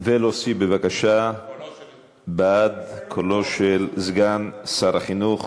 ולהוסיף בבקשה, בעד, את קולו של סגן שר החינוך